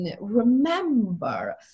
remember